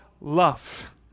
Love